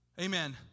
Amen